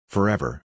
Forever